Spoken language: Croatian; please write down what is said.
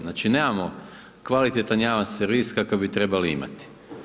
Znači nemamo kvalitetan javan servis kakav bi trebali imati.